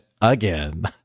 Again